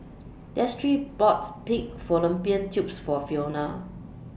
Destry bought Pig Fallopian Tubes For Fiona